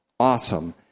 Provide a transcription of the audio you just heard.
Awesome